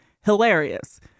Hilarious